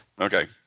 Okay